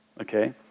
Okay